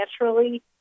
naturally